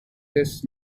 this